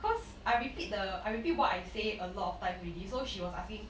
because I repeat the I repeat what I say a lot of times already so she was asking